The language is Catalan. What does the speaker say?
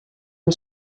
amb